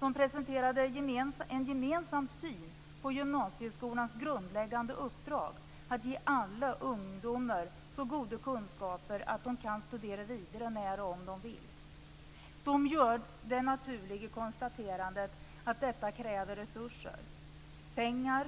De presenterade en gemensam syn på gymnasieskolans grundläggande uppdrag, att ge alla ungdomar så goda kunskaper att de kan studera vidare när och om de vill. De gjorde det naturliga konstaterandet att detta kräver resurser - pengar,